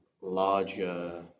larger